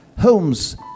Holmes